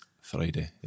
friday